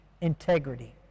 integrity